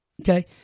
Okay